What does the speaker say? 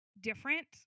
different